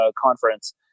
Conference